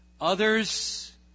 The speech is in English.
Others